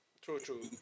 true-true